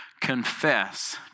confess